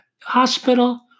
hospital